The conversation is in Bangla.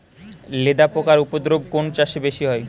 লেদা পোকার উপদ্রব কোন চাষে বেশি হয়?